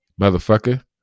motherfucker